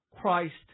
Christ